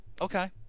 Okay